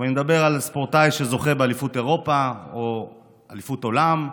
ואני מדבר על ספורטאי שזוכה באליפות אירופה או אליפות עולם,